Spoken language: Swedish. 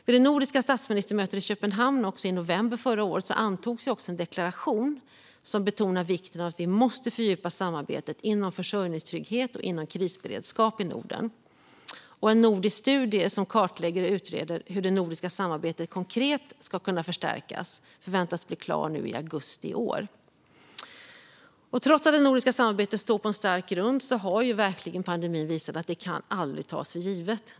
Vid det nordiska statsministermötet i Köpenhamn i november förra året antogs en deklaration som betonar vikten av att fördjupa samarbetet inom försörjningstrygghet och krisberedskap i Norden. En nordisk studie som kartlägger och utreder hur det nordiska samarbetet konkret ska kunna förstärkas förväntas bli klar nu i augusti i år. Trots att det nordiska samarbetet står på en stark grund har pandemin verkligen visat att det aldrig kan tas för givet.